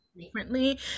differently